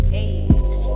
Hey